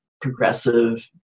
progressive